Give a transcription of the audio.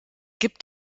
gibt